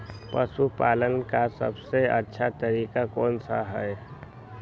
पशु पालन का सबसे अच्छा तरीका कौन सा हैँ?